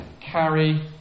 carry